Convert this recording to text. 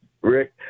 Rick